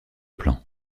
plan